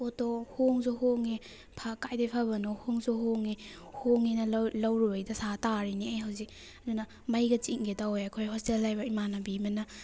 ꯄꯣꯠꯇꯣ ꯍꯣꯡꯁꯨ ꯍꯣꯡꯉꯦ ꯀꯥꯏꯗꯩ ꯐꯕꯅꯣ ꯍꯣꯡꯁꯨ ꯍꯣꯡꯉꯦ ꯍꯣꯡꯉꯦꯅ ꯂꯧꯔꯨꯕꯩ ꯗꯁꯥ ꯇꯥꯔꯤꯅꯦ ꯑꯩ ꯍꯧꯖꯤꯛ ꯑꯗꯨꯅ ꯃꯩꯒ ꯆꯤꯡꯒꯦ ꯇꯧꯋꯦ ꯑꯩꯈꯣꯏ ꯍꯣꯁꯇꯦꯜ ꯂꯩꯕ ꯏꯃꯥꯟꯅꯕꯤ ꯑꯃꯅ